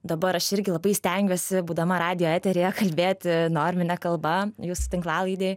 dabar aš irgi labai stengiuosi būdama radijo eteryje kalbėti normine kalba jūsų tinklalaidėj